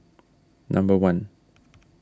number one